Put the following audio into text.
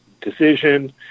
Decision